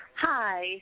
Hi